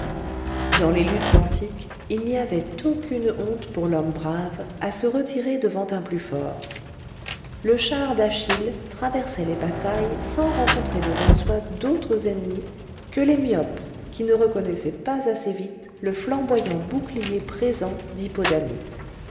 dans les luttes antiques il n'y avait aucune honte pour l'homme brave à se retirer devant un plus fort le char d'achille traversait les batailles sans rencontrer devant soi d'autres ennemis que les myopes qui ne reconnaissaient pas assez vite le flamboyant bouclier présent d'hippodamie